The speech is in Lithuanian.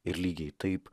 ir lygiai taip